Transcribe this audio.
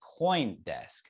Coindesk